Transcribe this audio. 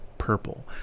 purple